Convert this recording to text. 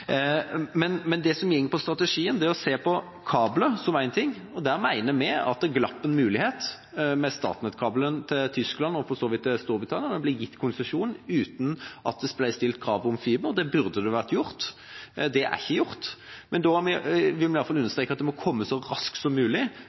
det gjelder strategien og det å se på kabler som ett av tiltakene, mener vi at det glapp en mulighet med Statnett-kabelen til Tyskland og for så vidt til Storbritannia. Det ble gitt konsesjon uten at det ble stilt krav om fiber. Det burde vært gjort. Det er ikke gjort. Men da vil vi i alle fall understreke at det så raskt som mulig må komme fiberkabler til utlandet. Derfor er vi glad for at Stortinget er så